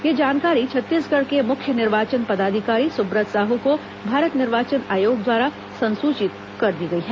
यह जानकारी छत्तीसगढ़ के मुख्य निर्वाचन पदाधिकारी सुब्रत साहू को भारत निर्वाचन आयोग द्वारा संसूचित कर दी गई है